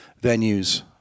venues